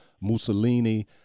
Mussolini